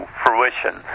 fruition